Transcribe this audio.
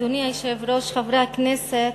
אדוני היושב-ראש, חברי הכנסת,